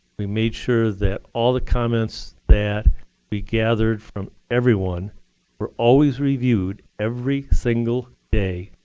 we made sure that all the comments that we gathered from everyone were always reviewed every single day.